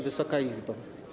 Wysoka Izbo!